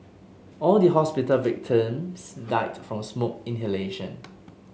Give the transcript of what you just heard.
all the hospital victims died from smoke inhalation